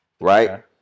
right